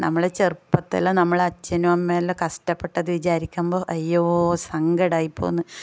നമ്മളെ ചെറുപ്പത്തിൽ നമ്മളെ അച്ഛനും അമ്മയും എല്ലാം കഷ്ടപ്പെട്ടത് വിചാരിക്കുമ്പോൾ അയ്യോ സങ്കടമായി പോവുന്നു